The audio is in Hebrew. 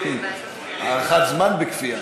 הארכת זמן בכפייה.